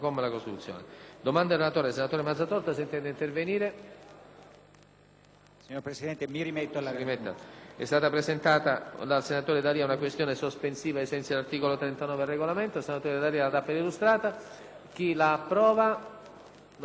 Signor Presidente, mi rimetto alla